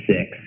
Six